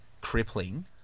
crippling